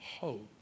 hope